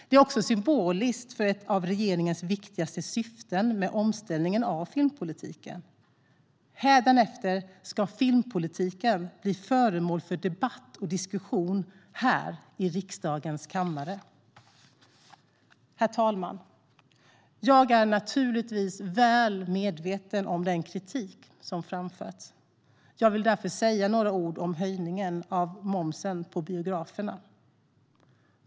Det är också symboliskt för ett av regeringens viktigaste syften med omställningen av filmpolitiken. Hädanefter ska filmpolitiken bli föremål för debatt och diskussion här i riksdagens kammare. Herr talman! Jag är naturligtvis väl medveten om den kritik som framförts. Jag vill därför säga några ord om höjningen av momsen på biograferna.